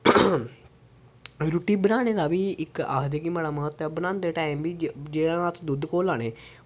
रुट्टी बनाने दा बी इक आखदे कि बड़ा म्हत्तव बनांदे टैम दा बी जेह्ड़ा दुद्ध घोलाने